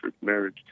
marriage